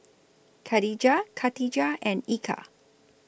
Khadija Katijah and Eka